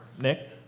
Nick